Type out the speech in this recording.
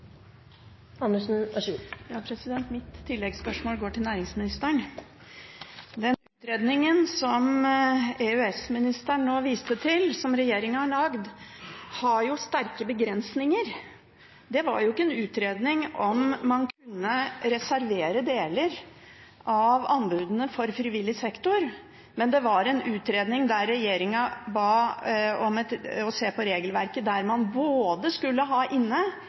Mitt oppfølgingsspørsmål går til næringsministeren. Den utredningen som EØS-ministeren nå viste til, som regjeringen har lagd, har sterke begrensninger. Dette var jo ikke en utredning om man kunne reservere deler av anbudene for frivillig sektor, det var en utredning der regjeringen ba om at man så på regelverket der man skulle ha både privat sektor og frivillig sektor inne